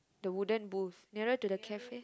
the wooden booth nearer to the cafe